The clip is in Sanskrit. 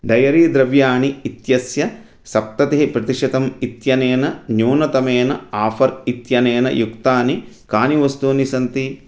डैरी द्रव्याणि इत्यस्य सप्ततिः प्रतिशतम् इत्यनेन न्यूनतमेन आफ़र् इत्यनेन युक्तानि कानि वस्तूनि सन्ति